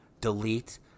delete